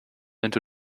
into